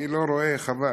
אני לא רואה, חבל,